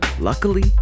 Luckily